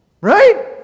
Right